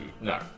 No